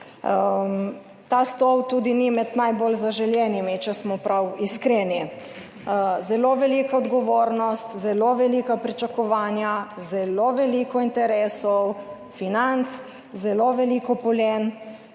ta stol tudi ni med najbolj zaželenimi, če smo prav iskreni. Zelo velika odgovornost, zelo velika pričakovanja, zelo veliko interesov, financ, zelo veliko polen